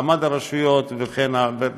מעמד הרשויות וכן הלאה.